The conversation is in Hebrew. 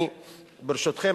ברשותכם,